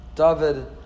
David